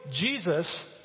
Jesus